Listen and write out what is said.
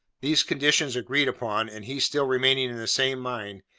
these conditions agreed upon, and he still remaining in the same mind,